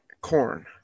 Corn